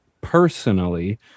Personally